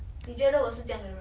你啊